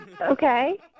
okay